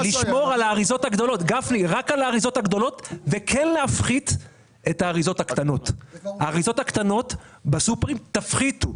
באריזות הגדולות ולהפחית באריזות הקטנות, זאת